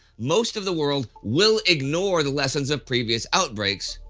most of the world will ignore the lessons of previous outbreaks,